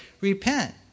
Repent